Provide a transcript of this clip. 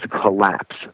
collapse